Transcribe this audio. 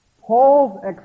Paul's